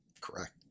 Correct